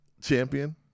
champion